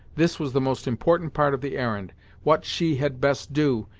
this was the most important part of the errand what she had best do,